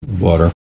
water